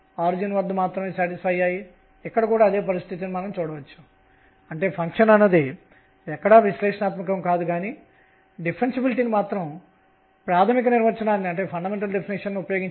మరియు p అనేది L2 అంటే కోణీయ ద్రవ్యవేగం L ని కోణీయ ద్రవ్యవేగం L2p2p2sin2 కోసం ఉపయోగిస్తున్నాము